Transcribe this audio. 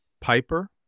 Piper